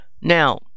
Now